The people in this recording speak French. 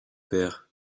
pères